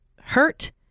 hurt